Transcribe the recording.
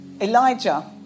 Elijah